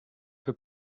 für